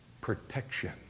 Protection